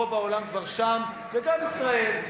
רוב העולם כבר שם, וגם ישראל.